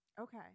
Okay